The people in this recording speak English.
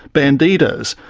bandidos,